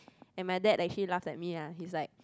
and my dad actually laughed at me lah he's like